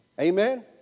Amen